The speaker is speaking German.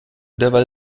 derweil